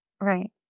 right